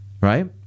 right